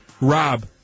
Rob